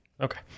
Okay